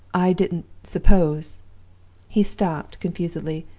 i didn't suppose he stopped confusedly,